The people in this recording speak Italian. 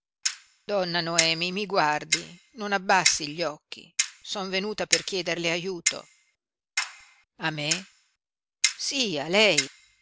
noemi mi guardi non abbassi gli occhi son venuta per chiederle aiuto a me sí a lei